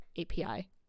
API